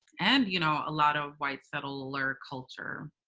and, you know, a lot of white settler culture.